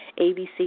ABC